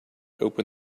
open